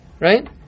right